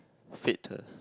fated